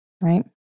right